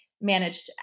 managed